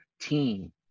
team